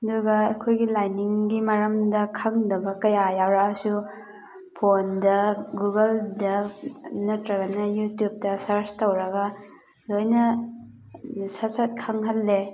ꯑꯗꯨꯒ ꯑꯩꯈꯣꯏ ꯂꯥꯏꯅꯤꯡꯒꯤ ꯃꯔꯝꯗ ꯈꯪꯗꯕ ꯀꯌꯥ ꯌꯥꯎꯔꯛꯑꯁꯨ ꯐꯣꯟꯗ ꯒꯨꯒꯜꯗ ꯅꯠꯇ꯭ꯔꯒꯅ ꯌꯨꯇ꯭ꯌꯨꯕꯇ ꯁꯔꯁ ꯇꯧꯔꯒ ꯂꯣꯏꯅ ꯁꯠ ꯁꯠ ꯈꯪꯍꯜꯂꯦ